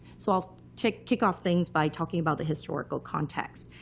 so i'll kick kick off things by talking about the historical context.